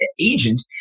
agent